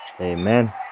Amen